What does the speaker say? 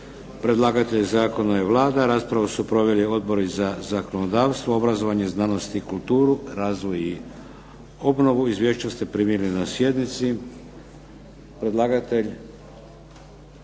Predlagatelj zakona je Vlada. Raspravu su proveli odbori za zakonodavstvo, obrazovanje, znanost i kulturu, razvoj i obnovu. Izvješća ste primili na sjednici. Predlagatelj